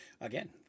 again